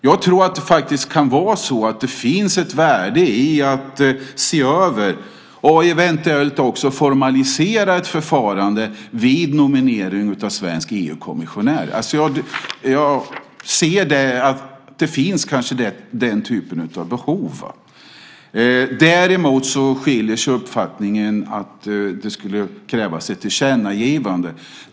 Jag tror att det kan vara så att det finns ett värde i att se över och eventuellt också formalisera ett förfarande vid nominering av svensk EU-kommissionär. Jag ser att den typen av behov kanske finns. Däremot skiljer vi oss i uppfattningen om det skulle krävas ett tillkännagivande.